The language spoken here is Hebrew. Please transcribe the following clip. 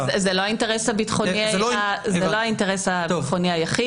זה לא האינטרס הביטחוני היחיד.